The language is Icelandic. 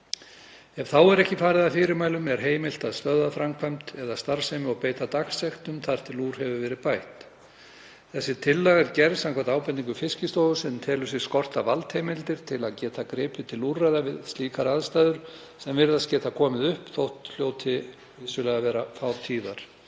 Ef þá er ekki farið að fyrirmælum er heimilt að stöðva framkvæmd eða starfsemi og beita dagsektum þar til úr hefur verið bætt. Þessi tillaga er gerð samkvæmt ábendingu Fiskistofu sem telur sig skorta valdheimildir til að geta gripið til úrræða við slíkar aðstæður sem virðast geta komið upp þótt þær hljóti vissulega að vera fátíðar.